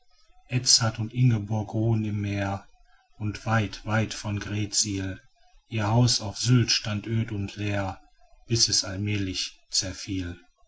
und ingeborg ruhen im meer und weit weit von greetsiel ihr haus auf sylt stand öd und leer bis es allmählich zerfiel